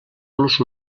los